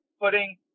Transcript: putting